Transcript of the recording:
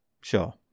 sure